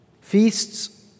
Feasts